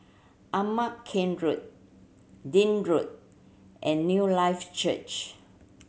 Ama Keng Road Road and Newlife Church